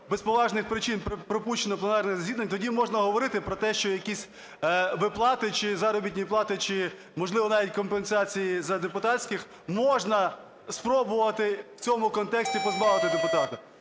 без поважних причин пропущено пленарних засідань, тоді можна говорити про те, що якісь виплати чи заробітні плати, чи, можливо, навіть компенсації депутатських, можна спробувати в цьому контексті позбавити депутата.